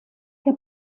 que